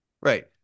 Right